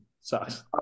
sucks